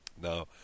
Now